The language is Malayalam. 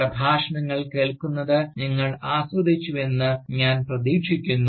പ്രഭാഷണങ്ങൾ കേൾക്കുന്നത് നിങ്ങൾ ആസ്വദിച്ചുവെന്ന് ഞാൻ പ്രതീക്ഷിക്കുന്നു